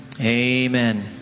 Amen